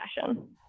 fashion